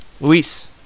Luis